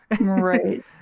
Right